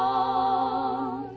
oh